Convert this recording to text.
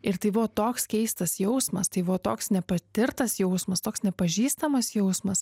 ir tai buvo toks keistas jausmas tai buvo toks nepatirtas jausmas toks nepažįstamas jausmas